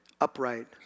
Upright